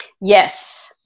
Yes